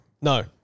No